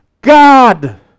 God